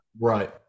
Right